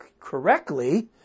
correctly